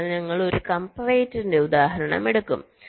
അതിനാൽ ഞങ്ങൾ ഒരു കംപറേറ്ററിന്റെ ഉദാഹരണം എടുക്കും